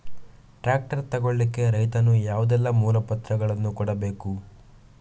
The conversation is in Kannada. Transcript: ಟ್ರ್ಯಾಕ್ಟರ್ ತೆಗೊಳ್ಳಿಕೆ ರೈತನು ಯಾವುದೆಲ್ಲ ಮೂಲಪತ್ರಗಳನ್ನು ಕೊಡ್ಬೇಕು?